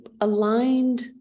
aligned